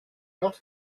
not